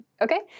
Okay